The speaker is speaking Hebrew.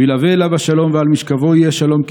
וילווה אליו השלום, ועל משכבו יהיה שלום.